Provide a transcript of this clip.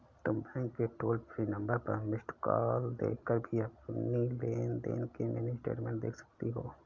तुम बैंक के toll free number पर मिस्ड कॉल देकर भी अपनी लेन देन की मिनी स्टेटमेंट देख सकती हो